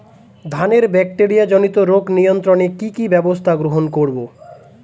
ধানের ব্যাকটেরিয়া জনিত রোগ নিয়ন্ত্রণে কি কি ব্যবস্থা গ্রহণ করব?